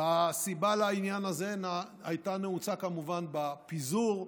והסיבה לעניין הזה הייתה נעוצה כמובן בפיזור,